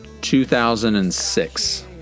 2006